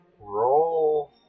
Roll